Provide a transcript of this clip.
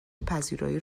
پذیرایی